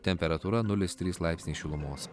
temperatūra nulis trys laipsniai šilumos